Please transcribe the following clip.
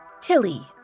Tilly